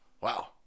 Wow